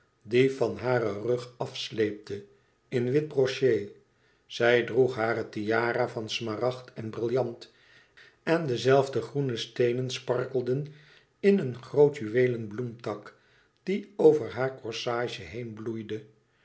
die van haren rug afsleepte in wit broché zij droeg hare tiara van smaragd en brillant en de zelfde groene steenen sparkelden in een groote juweelen bloemtak die over haar corsage heen bloeide